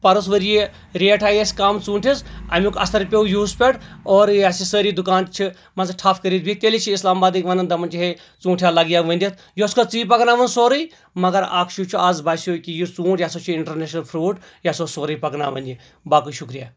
پَرُس ؤرۍ یہِ ریٹ آیہِ اَسہِ کَم ژوٗنٹھِس اَمیُک اَثر پیٚو یِہُس پٮ۪ٹھ اور اَسہِ سٲری دُکان چھِ مان ژٕ ٹھپ کٔرِتھ بیٚہتھ مان ژٕ تیٚلہِ چھِ اسلام بادٕکۍ وَنان دَپان چھِ ہے ژوٗنٹھیٚا لَگیا ؤنٛدِتھ یہِ اوس کھا ژٕ پَکناوان سورُے مگر اکھ چیٖز چھُ آز باسیٚو کہِ یہِ ژوٗنٹھ یہِ ہسا چھُ انٹرنیشنل فروٗٹ یہِ ہسا اوس سورُے پَکناوان یہِ باقٕے شُکریا